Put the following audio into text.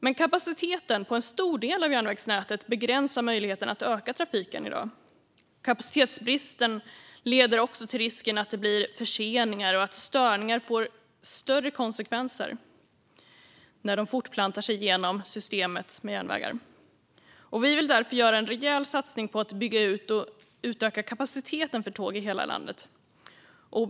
Men kapaciteten på en stor del av järnvägsnätet begränsar i dag möjligheten att öka trafiken. Kapacitetsbristen leder också till risken att det blir förseningar och att störningar får större konsekvenser när de fortplantar sig genom systemet med järnvägar. Vi vill därför göra en rejäl satsning på att bygga ut och utöka kapaciteten för tåg i hela landet.